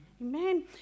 Amen